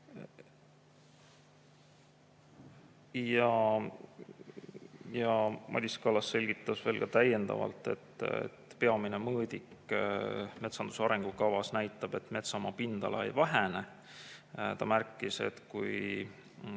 Madis Kallas selgitas veel, et peamine mõõdik metsanduse arengukavas näitab, et metsamaa pindala ei vähene. Ta märkis, et kui